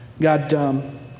God